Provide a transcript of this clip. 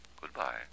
Goodbye